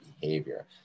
behavior